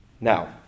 Now